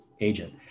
agent